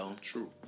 True